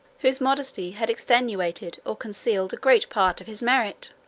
whose modesty had extenuated or concealed a great part of his merit.